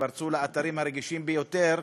פרצו לאתרים הרגישים ביותר,